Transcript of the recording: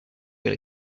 will